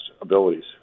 abilities